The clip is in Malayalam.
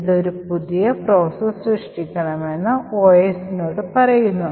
ഇത് ഒരു പുതിയ പ്രോസസ്സ് സൃഷ്ടിക്കണമെന്ന് OSനോട് പറയുന്നു